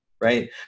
right